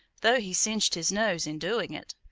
though he singed his nose in doing it.